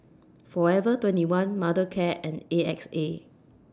Forever twenty one Mothercare and A X A